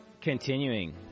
continuing